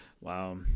Wow